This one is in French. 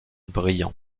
brillant